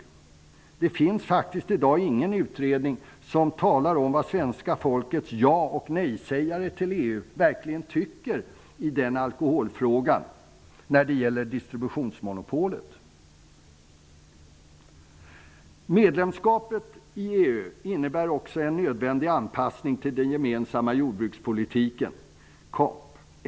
I dag finns det faktiskt ingen utredning som talar om vad svenska folket, ja och nej-sägare till EU, verkligen tycker i alkoholfrågan när det gäller distributionsmonopolet. Medlemskapet i EU innebär också en nödvändig anpassning till den gemensamma jordbrukspolitiken, CAP.